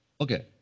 Okay